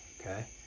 Okay